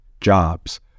jobs